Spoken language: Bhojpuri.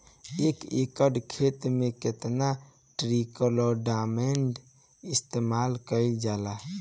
एक एकड़ खेत में कितना ट्राइकोडर्मा इस्तेमाल कईल जाला?